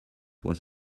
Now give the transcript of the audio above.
was